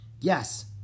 Yes